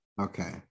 okay